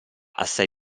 assai